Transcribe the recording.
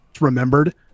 remembered